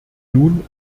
nun